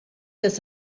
das